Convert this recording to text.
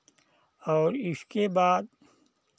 और इसके बाद